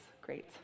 great